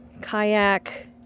kayak